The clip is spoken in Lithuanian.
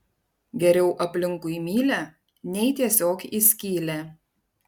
geriau aplinkui mylią nei tiesiog į skylę